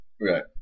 Right